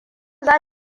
za